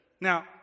Now